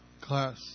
class